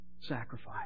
sacrifice